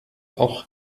auch